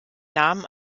namen